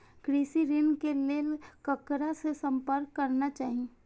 कृषि ऋण के लेल ककरा से संपर्क करना चाही?